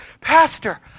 Pastor